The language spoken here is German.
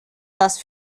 das